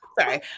sorry